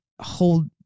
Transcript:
hold